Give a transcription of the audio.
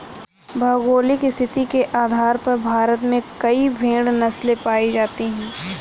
भौगोलिक स्थिति के आधार पर भारत में कई भेड़ नस्लें पाई जाती हैं